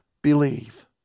believe